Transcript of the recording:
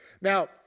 Now